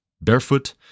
barefoot